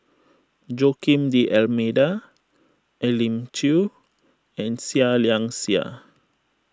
Joaquim D'Almeida Elim Chew and Seah Liang Seah